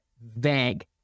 vague